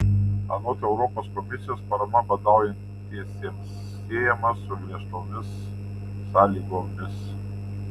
anot europos komisijos parama badaujantiesiems siejama su griežtomis sąlygomis